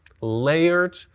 layered